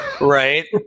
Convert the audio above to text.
right